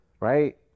right